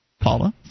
Paula